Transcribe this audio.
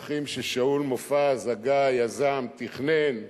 דרכים ששאול מופז הגה, יזם, תכנן והשיק.